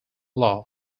law